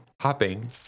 hopping